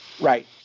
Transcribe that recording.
right